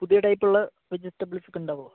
പുതിയ ടൈപ്പ് ഉള്ള വെജിറ്റബിള്സ് ഒക്കെ ഉണ്ടാവുമോ